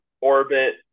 orbit